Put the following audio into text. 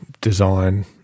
design